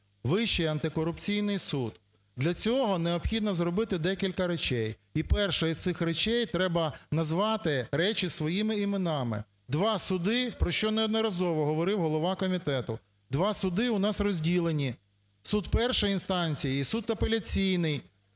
Вищий антикорупційний суд. Для цього необхідно зробити декілька речей. І перша із цих речей – треба назвати речі своїми іменами. Два суди, про що неодноразово говорив голова комітету, два суди у нас розділені: суд першої інстанції і суд апеляційний.